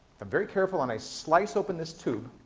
i'm very careful and i slice open this tube,